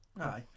aye